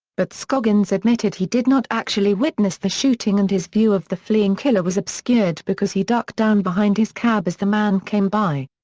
but scoggins admitted he did not actually witness the shooting and his view of the fleeing killer was obscured because he ducked down behind his cab as the man came by.